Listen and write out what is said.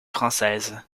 française